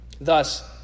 thus